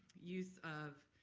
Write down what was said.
use of